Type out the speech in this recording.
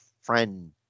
friend